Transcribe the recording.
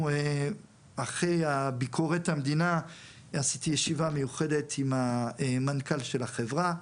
אחרי ביקורת המדינה עשיתי ישיבה מיוחדת עם המנכ"ל של החברה.